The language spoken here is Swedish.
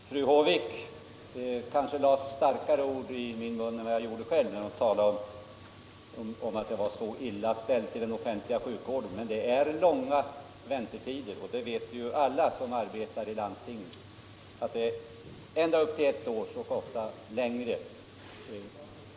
Herr talman! Fru Håvik kanske lade starkare ord i min mun än jag använde själv när hon refererade hur illa det skulle vara ställt i den offentliga sjukvården. Dock är det långa väntetider där — det vet ju alla som arbetar i landstingen. Ofta är det kö hos läkare ända upp till ett år eller ännu längre.